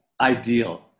ideal